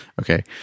okay